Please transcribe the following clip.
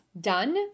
done